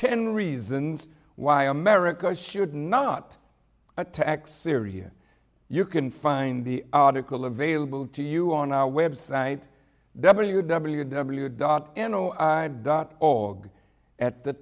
ten reasons why america should not attack syria you can find the article available to you on our website w w w dot n o i dot org at the